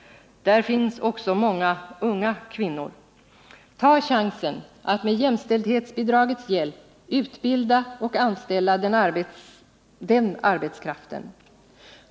Där finns också många unga kvinnor. Ta chansen att med jämställdhetsbidragets hjälp utbilda och anställa den arbetskraften!